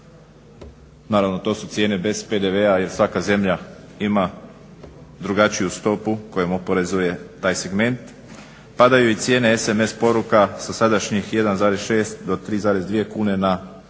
Naravno to su cijene bez PDV-a jer svaka zemlja ima drugačiju stopu kojom oporezuje taj segment. Padaju i cijene sms poruka sa sadašnjih 1,6 do 3,2 kune na 0,67